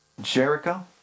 Jericho